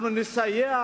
אנחנו נסייע